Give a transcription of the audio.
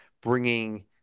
bringing